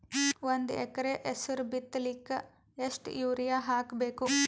ಒಂದ್ ಎಕರ ಹೆಸರು ಬಿತ್ತಲಿಕ ಎಷ್ಟು ಯೂರಿಯ ಹಾಕಬೇಕು?